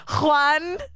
Juan